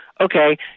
okay